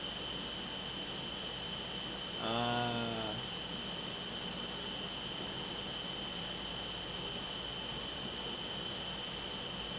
ah